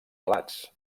alats